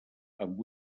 amb